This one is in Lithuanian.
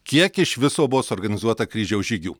kiek iš viso buvo suorganizuota kryžiaus žygių